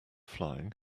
flying